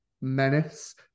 menace